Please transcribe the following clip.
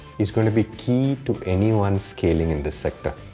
is going to be key to anyone scaling in the sector.